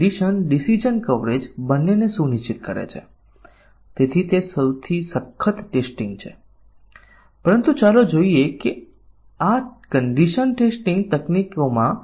મને લાગે છે કે હવે તમને ખ્યાલ આવી ગયો હશે કે આ યુક્લિડનો GCD અલ્ગોરિધમ છે અહીં 6 નિવેદનો છે અને આપણી પાસે પરીક્ષણના કેસો એવા હોવા જોઈએ જેમાં તમામ વિધાનોને આવરી લેવામાં આવે